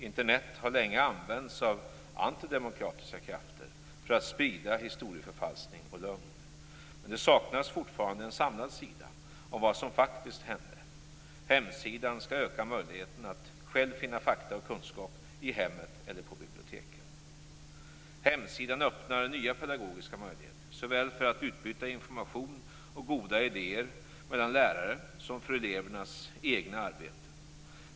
Internet har länge använts av antidemokratiska krafter för att sprida historieförfalskning och lögn. Men det saknas fortfarande en samlad sida om vad som faktiskt hände. Hemsidan skall öka möjligheterna att själv finna fakta och kunskap i hemmet eller på biblioteken. Hemsidan öppnar nya pedagogiska möjligheter - såväl för att utbyta information och goda idéer mellan lärare som för elevernas egna arbeten.